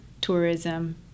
tourism